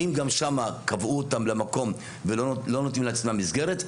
האם גם שם קבעו אותם למקום ולא נותנים לעצמם מסגרת?